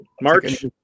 March